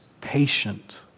patient